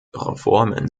reformen